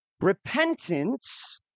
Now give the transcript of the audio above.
Repentance